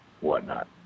whatnot